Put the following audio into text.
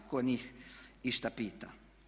Tko njih išta pita?